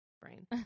brain